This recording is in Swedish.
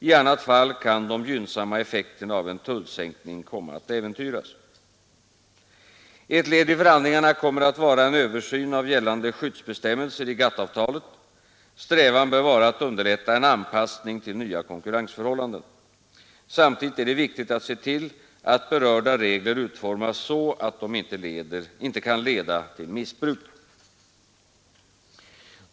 I annat fall kan de gynnsamma effekterna av en tullsänkning komma att äventyras. Ett led i förhandlingarna kommer att vara en översyn av gällande skyddsbestämmelser i GATT-avtalet. Strävan bör vara att underlätta en anpassning till nya konkurrensförhållanden. Samtidigt är det viktigt att se till att berörda regler utformas så att de inte kan leda till missbruk.